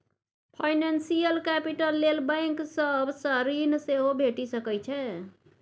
financial capital लेल bank सब सँ ऋण सेहो भेटि सकै छै